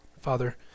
Father